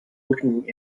looking